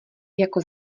jako